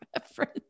reference